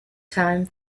time